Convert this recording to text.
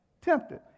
tempted